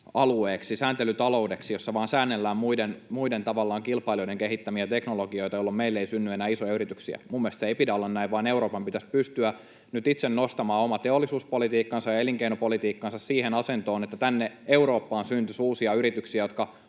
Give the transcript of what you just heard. sääntelyalueeksi, sääntelytaloudeksi, jossa vaan säännellään muiden tavallaan kilpailijoiden kehittämiä teknologioita, jolloin meille ei synny enää isoja yrityksiä. Minun mielestäni sen ei pidä olla näin, vaan Euroopan pitäisi pystyä nyt itse nostamaan oma teollisuuspolitiikkansa ja elinkeinopolitiikkansa siihen asentoon, että tänne Eurooppaan syntyisi uusia yrityksiä, jotka